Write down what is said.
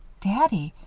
daddy!